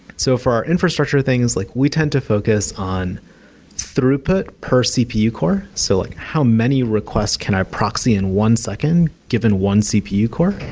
so for our infrastructure things, like we tend to focus on throughput per cpu core. so like how many request can i proxy in one second given one cpu core?